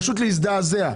פשוט להזדעזע.